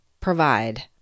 provide